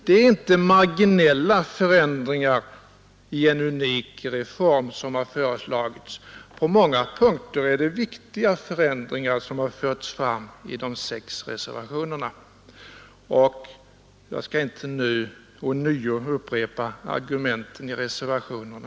Det är inte heller marginella förändringar i en unik reform som förordas i motioner och reservationer. På många punkter är det viktiga förbättringar som föreslås i de sex reservationerna. Jag skall inte nu ånyo upprepa argumenten i reservationerna.